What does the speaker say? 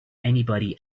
anybody